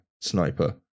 sniper